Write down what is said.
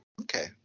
okay